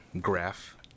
Graph